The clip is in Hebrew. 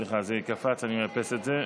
סליחה, זה קפץ, אני מאפס את זה.